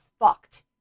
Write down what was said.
fucked